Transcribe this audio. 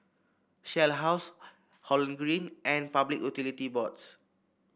Shell House Holland Green and Public Utility Boards